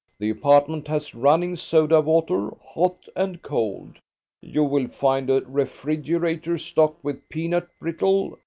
the apartment has running soda-water, hot and cold you will find a refrigerator stocked with peanut brittle,